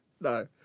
No